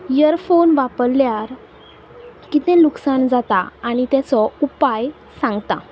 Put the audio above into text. earphone वापरल्यार कितें लुकसाण जाता आनी ताचो उपाय सांगता